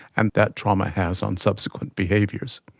and that trauma has on subsequent behaviours.